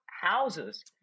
houses